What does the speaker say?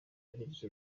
yaragize